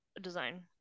design